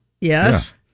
Yes